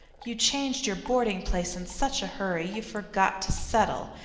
you changed your boarding place in such a hurry you forgot to settle,